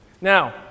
Now